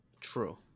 True